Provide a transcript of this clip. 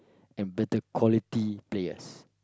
and better quality players